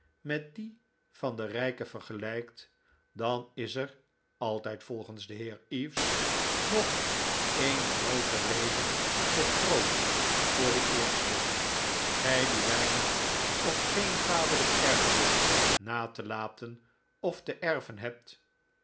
met dien van den rijke vergelijkt dan is er altijd volgens den heer eaves nog een groote reden tot troost voor den eerste gij die weinig of geen vaderlijk erfdeel na te laten of te erven hebt